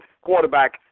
quarterback